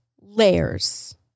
layers